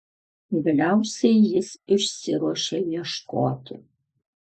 galiausiai jis išsiruošia ieškoti